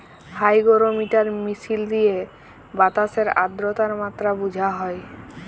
hygrometer মিশিল দিঁয়ে বাতাসের আদ্রতার মাত্রা বুঝা হ্যয়